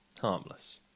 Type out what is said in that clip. harmless